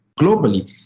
globally